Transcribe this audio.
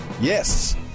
Yes